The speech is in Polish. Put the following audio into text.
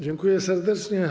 Dziękuję serdecznie.